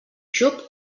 xup